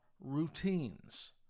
routines